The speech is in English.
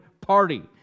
party